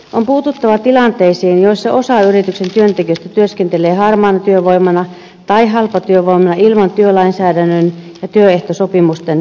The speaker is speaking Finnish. on puututtava tilanteisiin joissa osa yrityksen työntekijöistä työskentelee harmaana työvoimana tai halpatyövoimana ilman työlainsäädännön ja työehtosopimusten turvaa